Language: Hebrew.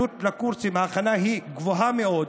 עלות ההכנה של הקורסים היא גבוהה מאוד.